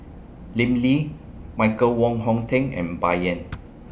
Lim Lee Michael Wong Hong Teng and Bai Yan